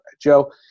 Joe